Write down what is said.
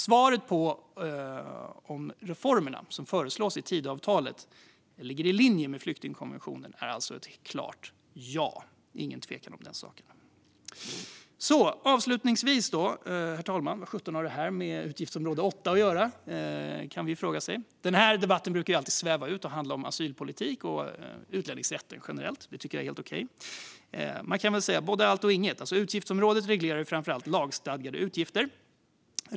Svaret på om reformerna som föreslås i Tidöavtalet ligger i linje med flyktingkonventionen är alltså ett klart ja. Det är ingen tvekan om den saken. Men vad sjutton har detta med utgiftsområde 8 att göra, kan man ju fråga sig. Den här debatten brukar alltid sväva ut och handla om asylpolitik och utlänningsrätt generellt. Det tycker jag är helt okej. Man kan väl säga både allt och inget. Utgiftsområdet reglerar ju framför allt lagstadgade utgifter.